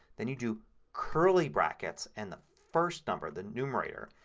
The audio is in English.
then you do curly brackets and the first number, the numerator,